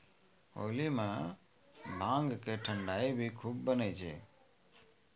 होली मॅ भांग के ठंडई भी खूब बनै छै